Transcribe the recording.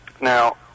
now